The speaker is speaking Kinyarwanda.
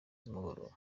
z’umugoroba